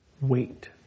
wait